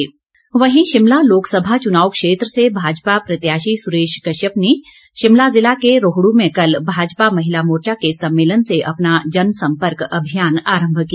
सुरेश कश्यप शिमला लोकसभा चुनाव क्षेत्र से भाजपा प्रत्याशी सुरेश कश्यप ने शिमला जिला के रोहडू में कल भाजपा महिला मोर्चा के सम्मेलन से अपना जन सम्पर्क अभियान आरंभ किया